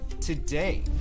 today